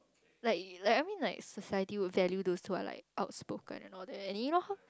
like like I mean like society would value those who are like outspoken and all that and you know how